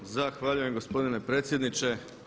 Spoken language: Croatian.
Zahvaljujem gospodine predsjedniče.